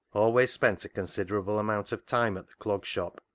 always spent a considerable amount of time at the clog shop,